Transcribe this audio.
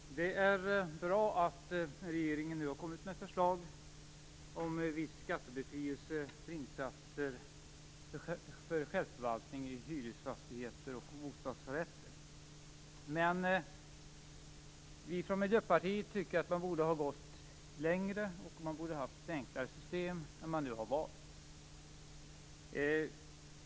Fru talman! Det är bra att regeringen nu har kommit med förslag om viss skattebefrielse för insatser vid självförvaltning av hyresfastigheter och bostadsrätter. Men vi från Miljöpartiet tycker att man borde ha gått längre, och föreslagit ett enklare system än det man nu har valt.